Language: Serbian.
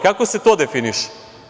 Kako se to definiše?